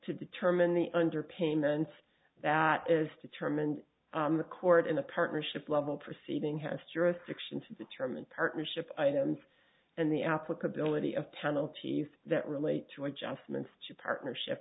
to determine the under payments that is determined the court in a partnership level proceeding has jurisdiction to determine partnership items and the applicability of penalties that relate to adjustments to partnership